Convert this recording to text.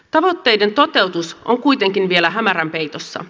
tavoitteiden toteutus on kuitenkin vielä hämärän peitossa